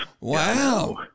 Wow